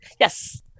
Yes